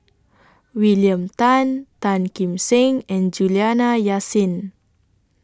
William Tan Tan Kim Seng and Juliana Yasin